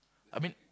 I mean